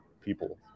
people